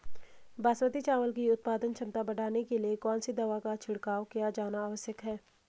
बासमती चावल की उत्पादन क्षमता बढ़ाने के लिए कौन सी दवा का छिड़काव किया जाना आवश्यक है?